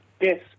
Yes